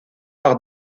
par